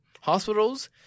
Hospitals